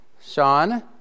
Sean